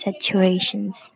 situations